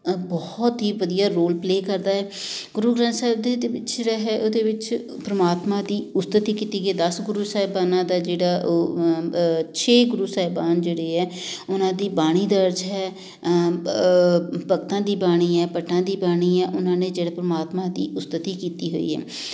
ਬਹੁਤ ਹੀ ਵਧੀਆ ਰੋਲ ਪਲੇ ਕਰਦਾ ਏ ਗੁਰੂ ਗ੍ਰੰਥ ਸਾਹਿਬ ਦੇ ਤਾਂ ਪੁੱਛ ਰਹੇ ਉਹਦੇ ਵਿੱਚ ਪਰਮਾਤਮਾ ਦੀ ਉਸਤਤੀ ਕੀਤੀ ਗਈ ਦਸ ਗੁਰੂ ਸਾਹਿਬਾਨਾਂ ਦਾ ਜਿਹੜਾ ਉਹ ਛੇ ਗੁਰੂ ਸਾਹਿਬਾਨ ਜਿਹੜੇ ਹੈ ਉਹਨਾਂ ਦੀ ਬਾਣੀ ਦਰਜ ਹੈ ਭਗਤਾਂ ਦੀ ਬਾਣੀ ਹੈ ਭੱਟਾਂ ਦੀ ਬਾਣੀ ਹੈ ਉਹਨਾਂ ਨੇ ਜਿਹੜਾ ਪਰਮਾਤਮਾ ਦੀ ਉਸਤਤੀ ਕੀਤੀ ਹੋਈ ਹੈ